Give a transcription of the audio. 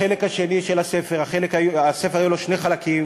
בחלק השני של הספר, לספר היו שני חלקים